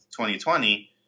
2020 –